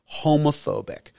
homophobic